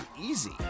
easy